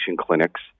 clinics